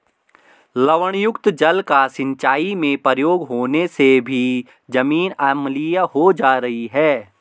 लवणयुक्त जल का सिंचाई में प्रयोग होने से भी जमीन अम्लीय हो जा रही है